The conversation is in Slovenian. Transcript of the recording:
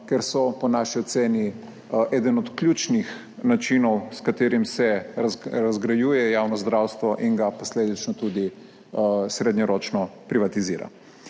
ker so po naši oceni eden od ključnih načinov, s katerim se razgrajuje javno zdravstvo in ga posledično tudi srednjeročno privatizira.